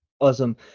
Awesome